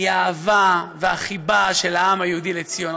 היא האהבה והחיבה של העם היהודי לציון,